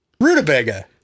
rutabaga